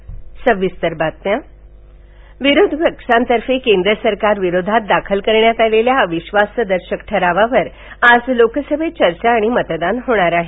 अविश्वास ठराव विरोधी पक्षांतर्फे केंद्र सरकार विरोधात दाखल करण्यात आलेल्या अविश्वास ठरावावर आज लोकसभेत चर्चा आणि मतदान होणार वाहे